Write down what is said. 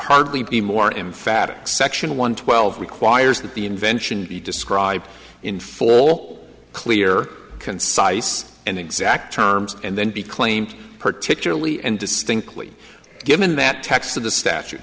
hardly be more emphatic section one twelve requires that the invention be described in full clear concise and exact terms and then be claimed particularly and distinctly given that text of the statute